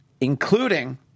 including